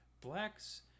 blacks